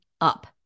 up